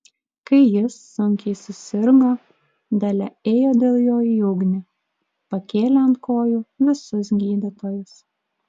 kai jis sunkiai susirgo dalia ėjo dėl jo į ugnį pakėlė ant kojų visus gydytojus